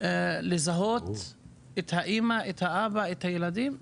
לזהות את האמא, את האבא, ואת הילדים?